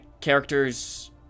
character's